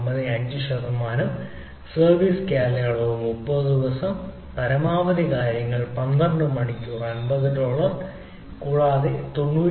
95 ശതമാനം സർവീസ് കാലയളവ് 30 ദിവസം പരമാവധി കാര്യങ്ങൾ 12 മണിക്കൂർ 50 ഡോളർ കൂടാതെ 99